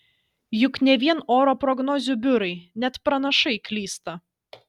juk ne vien oro prognozių biurai net pranašai klysta